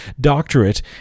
doctorate